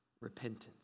repentance